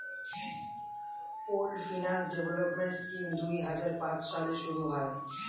pooled finance development scheme দুই হাজার পাঁচ সালে শুরু হয়